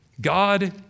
God